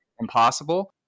impossible